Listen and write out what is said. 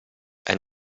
ein